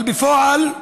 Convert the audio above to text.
אבל בפועל,